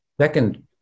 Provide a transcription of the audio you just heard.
second